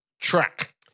track